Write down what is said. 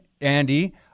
Andy